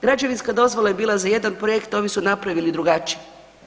Građevinska dozvola je bila za jedan projekt, ovi su napravili drugačije.